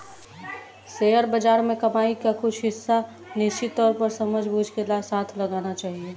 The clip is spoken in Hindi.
शेयर बाज़ार में कमाई का कुछ हिस्सा निश्चित तौर पर समझबूझ के साथ लगाना चहिये